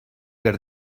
per